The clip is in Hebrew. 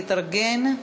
בבקשה להתארגן.